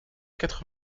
quatre